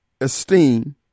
esteem